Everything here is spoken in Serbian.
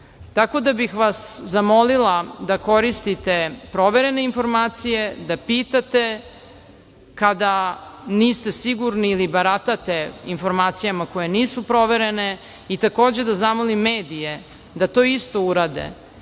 da bih vas zamolila da koristite proverene informacije, da pitate kada niste sigurni ili baratate informacijama koje nisu proverene i takođe da zamolim medije da to isto urade,